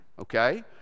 okay